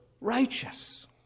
righteous